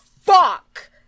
fuck